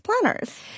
planners